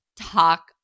talk